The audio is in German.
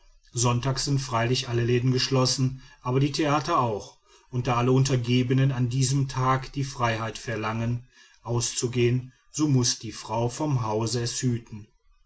sonntags sind freilich alle läden geschlossen aber die theater auch und da alle untergebenen an diesem tage die freiheit verlangen auszugehen so muß die frau vom hause es hüten